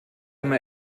mal